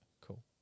cool